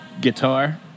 Guitar